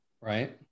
Right